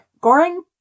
Goring